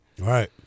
Right